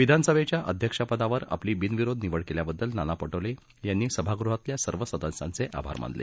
विधानसभेच्या अध्यक्षपदावर आपली बिनविरोध निवड केल्याबद्दल नाना पटोले यांनीही सभागृहातल्या सर्व सदस्यांचे आभार मानले